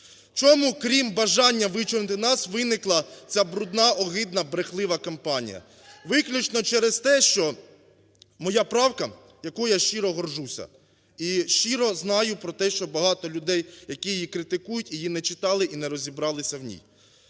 Чому, крім бажання вичорнити нас, виникла ця брудна огидна брехлива кампанія? Виключно через те, що моя правка, якою я щиро горджуся і щиро знаю про те, що багато людей, які її критикують, її не читали і не розібралися в ній,